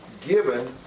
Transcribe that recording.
given